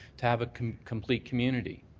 to have a complete community.